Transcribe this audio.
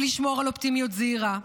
לשמור על אופטימיות זהירה,